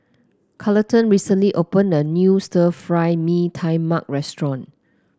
Carleton recently opened a new Stir Fry Mee Tai Mak restaurant